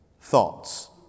thoughts